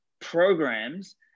programs